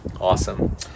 Awesome